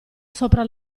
sopra